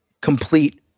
complete